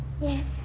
Yes